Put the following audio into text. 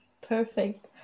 Perfect